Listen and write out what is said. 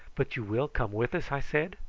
but you will come with us? i said.